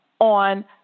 on